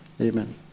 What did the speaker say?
Amen